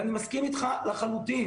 ואני מסכים איתך לחלוטין.